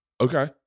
Okay